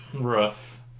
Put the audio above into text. rough